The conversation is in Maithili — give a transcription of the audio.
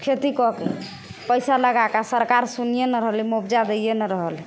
खेतीकऽ के पैसा लगाकऽ आओर सरकार सुनिए नहि रहल हइ मुआवजा दैए नहि रहल हइ